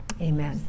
amen